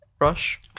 Rush